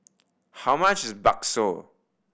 how much is bakso